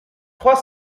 trois